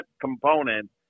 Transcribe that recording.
component